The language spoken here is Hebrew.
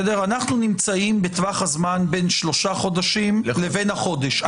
אנחנו נמצאים בטווח הזמן בין שלושה חודשים לבין החודש.